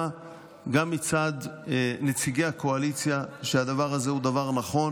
גם מצד נציגי הקואליציה שהדבר הזה הוא דבר נכון